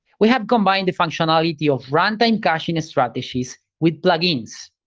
we have combined the functionality of runtime caching strategies with plugins.